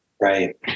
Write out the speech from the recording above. right